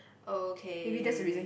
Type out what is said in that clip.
okay